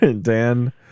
Dan